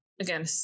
again